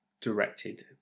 directed